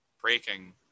breaking